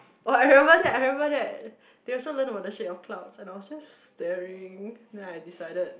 oh I remember that I remember that they also learn about the shape of cloud and I was just staring then I decided